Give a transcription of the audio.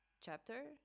chapter